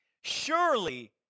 Surely